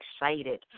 excited